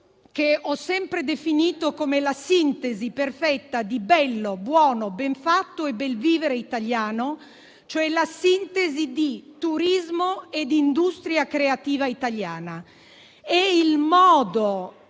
che ho sempre definito come la sintesi perfetta di bello, buono, ben fatto e bel vivere italiano e, cioè, la sintesi di turismo e di industria creativa italiana. È il modo